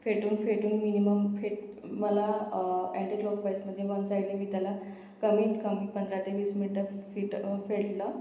फेटून फेटून मिनिमम फेट मला अँटिक्लॉकवाईज म्हणजे वन साईडनी मी त्याला कमीत कम पंधरा ते वीस मिंट फिट फेटलं